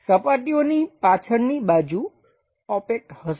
તેથી સપાટીઓની પાછળની બાજુ ઓપેક હશે